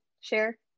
share